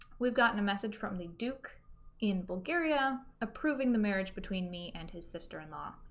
we've gotten a message from the duke in bulgaria approving the marriage between me and his sister-in-law